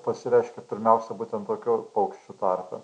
pasireiškia pirmiausia būtent tokių paukščių tarpe